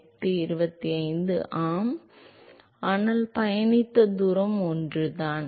மாணவர் ஆனால் பயணித்த தூரம் ஒன்றுதான்